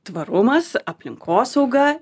tvarumas aplinkosauga